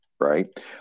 right